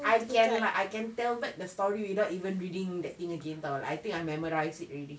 I can lah I can tell back the story without even reading that thing again [tau] I think I memorize it already